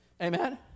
Amen